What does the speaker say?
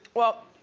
well,